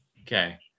Okay